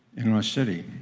in our city.